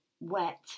wet